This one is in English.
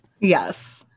Yes